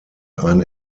ein